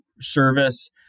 service